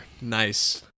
Nice